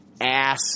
ass